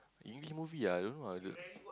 English movie ah I don't know ah dude